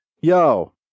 yo